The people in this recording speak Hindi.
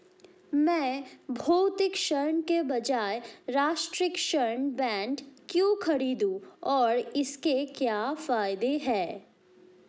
मैं भौतिक स्वर्ण के बजाय राष्ट्रिक स्वर्ण बॉन्ड क्यों खरीदूं और इसके क्या फायदे हैं?